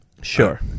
Sure